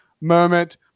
moment